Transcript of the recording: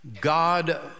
God